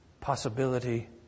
possibility